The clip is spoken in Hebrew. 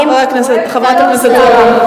חברת הכנסת זועבי.